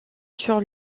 sur